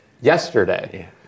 yesterday